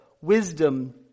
wisdom